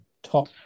top